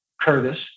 Curtis